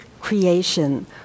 creation